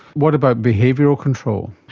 what about behavioural control?